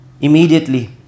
immediately